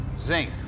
Zinc